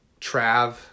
Trav